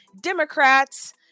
democrats